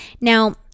now